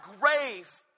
grave